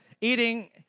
eating